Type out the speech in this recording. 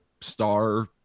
star